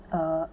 uh